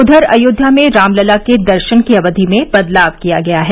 उधर अयोध्या में रामलला के दर्शन की अवधि में बदलाव किया गया है